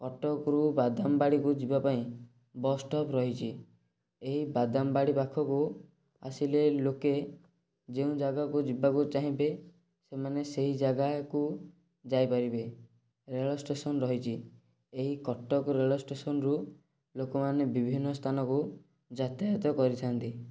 କଟକରୁ ବାଦମବାଡ଼ିକୁ ଯିବା ପାଇଁ ବସ୍ଷ୍ଟପ୍ ରହିଛି ଏହି ବାଦମବାଡ଼ି ପାଖକୁ ଆସିଲେ ଲୋକେ ଯେଉଁ ଜାଗାକୁ ଯିବାକୁ ଚାହିଁବେ ସେମାନେ ସେଇ ଜାଗାକୁ ଯାଇପାରିବେ ରେଳ ଷ୍ଟେସନ୍ ରହିଛି ଏହି କଟକ ରେଳଷ୍ଟେସନରୁ ଲୋକମାନେ ବିଭିନ୍ନ ସ୍ଥାନକୁ ଯାତାୟତ କରିଥାଆନ୍ତି